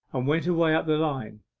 and went away up the line.